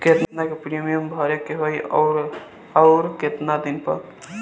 केतना के प्रीमियम भरे के होई और आऊर केतना दिन पर?